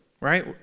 Right